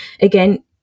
again